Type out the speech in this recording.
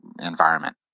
environment